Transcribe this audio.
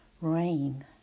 Rain